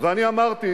אבל לטעמי לא מספיק.